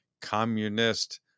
communist